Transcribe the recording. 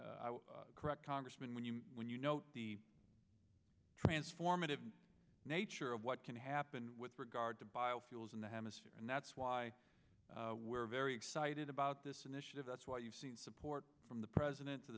correct congressman when you when you know the transformative nature of what can happen with regard to biofuels in the hemisphere and that's why we're very excited about this initiative that's why you've seen support from the president